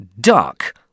Duck